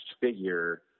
figure